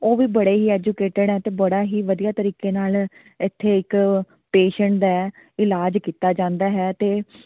ਉਹ ਵੀ ਬੜੇ ਹੀ ਐਜੂਕੇਟਡ ਹੈ ਅਤੇ ਬੜਾ ਹੀ ਵਧੀਆ ਤਰੀਕੇ ਨਾਲ ਇੱਥੇ ਇੱਕ ਪੇਸ਼ੈਂਟ ਦਾ ਇਲਾਜ ਕੀਤਾ ਜਾਂਦਾ ਹੈ ਅਤੇ